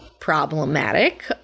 problematic